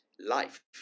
life